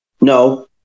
No